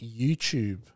YouTube